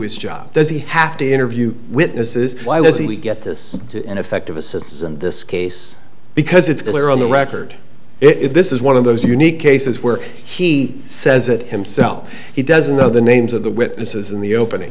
his job does he have to interview witnesses why does he get this to ineffective assistance in this case because it's clear on the record if this is one of those unique cases where he says it himself he doesn't know the names of the witnesses in the open